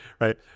right